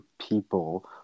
people